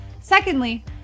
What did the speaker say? Secondly